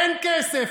אין כסף.